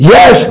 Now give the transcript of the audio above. Yes